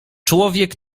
człowiek